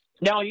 Now